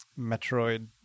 Metroid